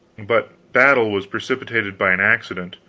but battle was precipitated by an accident.